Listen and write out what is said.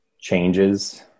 changes